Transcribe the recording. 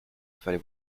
fallait